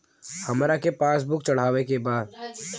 हमरा के पास बुक चढ़ावे के बा?